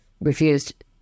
refused